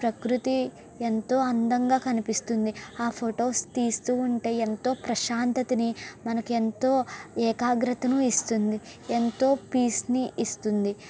ప్రకృతి ఎంతో అందంగా కనిపిస్తుంది ఆ ఫొటోస్ తీస్తూ ఉంటే ఎంతో ప్రశాంతతని మనకెంతో ఏకాగ్రతను ఇస్తుంది ఎంతో పీస్ని ఇస్తుంది